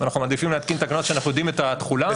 ואנחנו מעדיפים להתקין תקנות שאנחנו יודעים את התחולה,